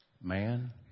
man